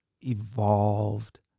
evolved